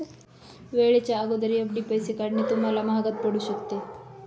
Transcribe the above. वेळेच्या अगोदर एफ.डी पैसे काढणे तुम्हाला महागात पडू शकते